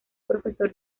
profesor